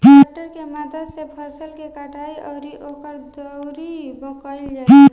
tractor के मदद से फसल के कटाई अउरी ओकर दउरी कईल जाला